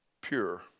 pure